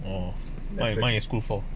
orh my my is school for